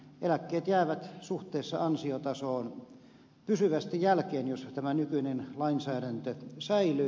eläkkeet jäävät suhteessa ansiotasoon pysyvästi jälkeen jos tämä nykyinen lainsäädäntö säilyy